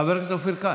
חבר הכנסת אופיר כץ,